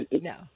no